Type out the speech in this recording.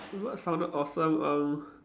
what sounded awesome um